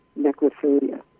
necrophilia